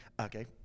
Okay